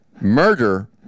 murder